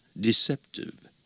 deceptive